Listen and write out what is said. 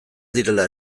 direla